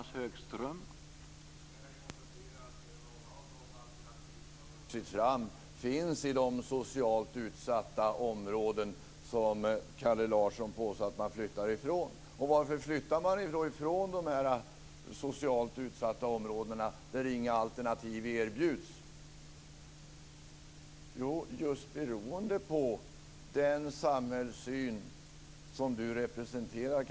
Herr talman! Vi kan konstatera att många av de alternativ som har vuxit fram finns i de socialt utsatta områden som Kalle Larsson påstår att man flyttar från. Varför flyttar man från de socialt utsatta områdena där inga alternativ erbjuds? Jo, just beroende på den samhällssyn som Kalle Larsson representerar.